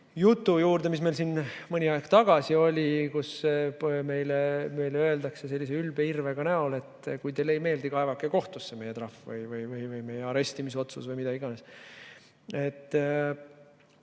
jutu juurde, mis meil siin mõni aeg tagasi oli. Meile öeldakse sellise ülbe irvega näol, et kui teile ei meeldi, kaevake kohtusse meie trahv või meie arestimisotsus või mida iganes.